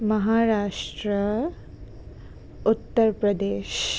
Maharashtra Uttar Pradesh